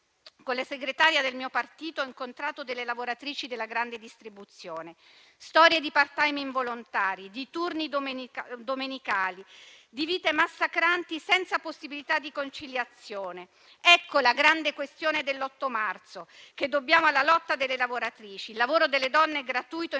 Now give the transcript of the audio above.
con la segretaria del mio partito, ho incontrato delle lavoratrici della grande distribuzione. Storie di *part-time* involontari, di turni domenicali, di vite massacranti senza possibilità di conciliazione. Ecco la grande questione dell'8 marzo, che dobbiamo alla lotta delle lavoratrici: il lavoro delle donne gratuito e non